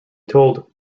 told